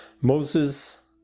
Moses